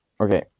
Okay